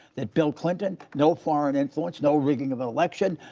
that bill clinton, no foreign influence, no rigging of an election,